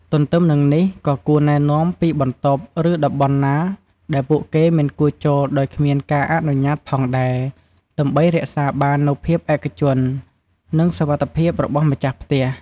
ទន្ទឹមនឹងនេះ ក៏គួរណែនាំពីបន្ទប់ ឬតំបន់ណាដែលពួកគេមិនគួរចូលដោយគ្មានការអនុញ្ញាតផងដែរ ដើម្បីរក្សាបាននូវភាពឯកជន និងសុវត្ថិភាពរបស់ម្ចាស់ផ្ទះ។